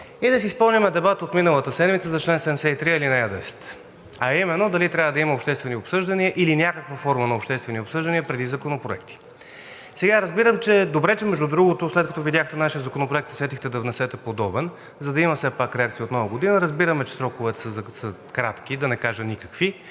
Да си спомним дебата от миналата седмица за чл. 73, ал. 10, а именно дали трябва да има обществени обсъждания или някаква форма на обществени обсъждания преди законопроектите. Между другото, след като видяхте нашия законопроект, се сетихте да внесете подобен, за да има все пак реакция от Нова година. Разбираме, че сроковете са кратки, да не кажа никакви,